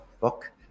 book